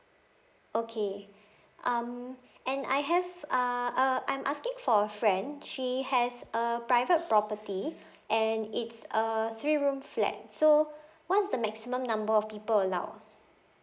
okay um and I have uh uh I'm asking for a friend she has a private property and it's a three room flat so what's the maximum number of people allowed